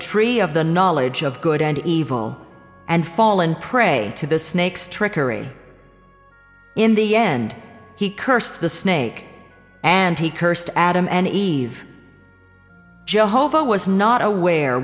tree of the knowledge of good and evil and fall in prey to the snakes trickery in the end he cursed the snake and he cursed adam and eve joe hope i was not aware